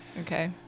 Okay